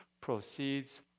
proceeds